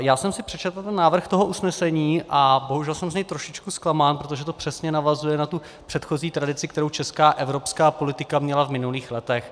Já jsem si přečetl návrh toho usnesení a bohužel jsem z něj trošičku zklamán, protože to přesně navazuje na tu předchozí tradici, kterou česká a evropská politika měla v minulých letech.